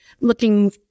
looking